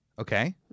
Okay